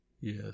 Yes